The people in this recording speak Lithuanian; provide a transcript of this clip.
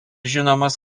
žinomas